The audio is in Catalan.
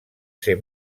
ser